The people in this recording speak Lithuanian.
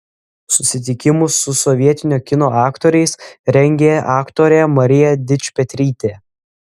susitikimus su sovietinio kino aktoriais rengė aktorė marija dičpetrytė